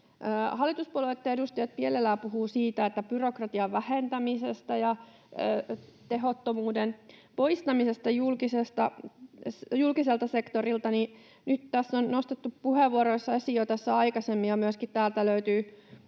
Hallituspuolueitten edustajat mielellään puhuvat byrokratian vähentämisestä ja tehottomuuden poistamisesta julkiselta sektorilta. Nyt tässä on nostettu puheenvuoroissa esiin jo aikaisemmin — ja myöskin täältä löytyy